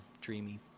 dreamy